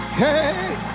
hey